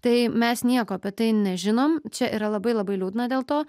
tai mes nieko apie tai nežinom čia yra labai labai liūdna dėl to